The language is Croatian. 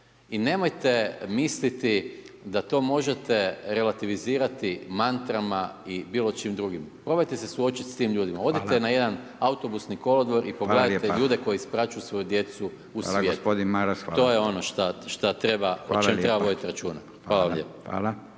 I nemojte misliti da to možete relativizirati mantrama i bilo čim drugim. Probajte se suočiti s tim ljudima. Odite na jedan autobusni kolodvor i pogledajte ljudi koji ispraćuju svoju djecu u svijet. To je ono šta treba, o čemu treba voditi računa.